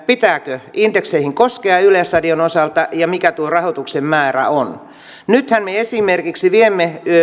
pitääkö indekseihin koskea yleisradion osalta ja mikä tuo rahoituksen määrä on nythän me esimerkiksi viemme